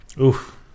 Oof